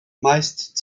meist